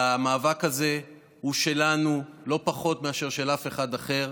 והמאבק הזה הוא שלנו לא פחות מאשר של אף אחד אחר.